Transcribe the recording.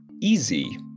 easy